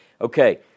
Okay